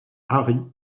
harry